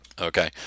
okay